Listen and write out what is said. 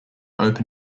open